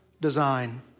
design